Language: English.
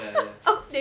ya ya